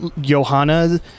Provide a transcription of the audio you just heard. Johanna